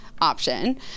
option